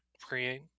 create